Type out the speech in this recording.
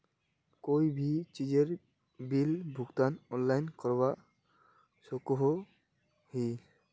कोई भी चीजेर बिल भुगतान ऑनलाइन करवा सकोहो ही?